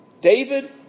David